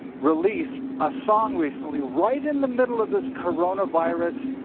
released a song recently. right in the middle of this coronavirus,